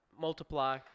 multiply